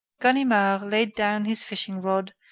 ganimard laid down his fishing-rod,